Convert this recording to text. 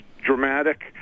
dramatic